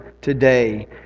today